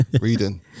reading